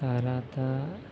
સારા હતા